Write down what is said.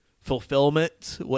fulfillment